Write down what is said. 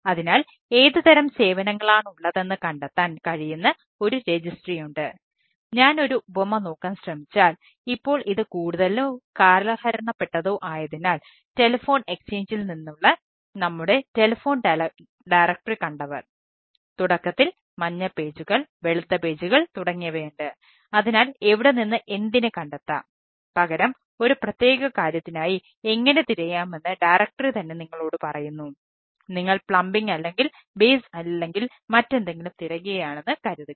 അതിനാൽ ഏത് തരം സേവനങ്ങളാണുള്ളതെന്ന് കണ്ടെത്താൻ കഴിയുന്ന ഒരു രജിസ്ട്രി അല്ലെങ്കിൽ മറ്റെന്തെങ്കിലും തിരയുകയാണെന്ന് കരുതുക